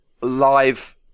live